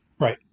Right